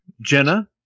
Jenna